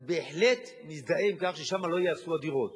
אני בהחלט מזדהה עם כך ששם לא ייהרסו הדירות.